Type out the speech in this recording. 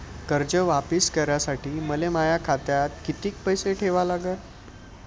कर्ज वापिस करासाठी मले माया खात्यात कितीक पैसे ठेवा लागन?